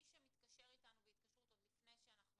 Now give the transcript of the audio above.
מי שמתקשר אתנו בהתקשרות עוד לפני שאנחנו